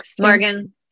Morgan